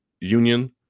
union